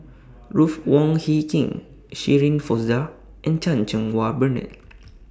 Ruth Wong Hie King Shirin Fozdar and Chan Cheng Wah Bernard